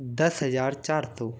दस हज़ार चार सौ